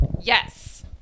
yes